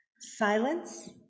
silence